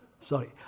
Sorry